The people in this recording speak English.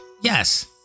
yes